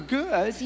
good